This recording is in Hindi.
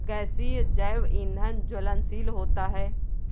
गैसीय जैव ईंधन ज्वलनशील होता है